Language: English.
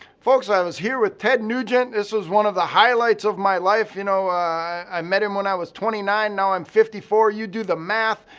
folks, i was here with ted nugent. this was one of the highlights of my life. you know i i met him when i was twenty nine. now i'm fifty four. you do the math.